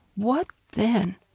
what then?